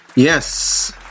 yes